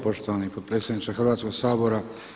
Poštovani potpredsjedniče Hrvatskoga sabora.